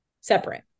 separate